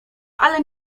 ale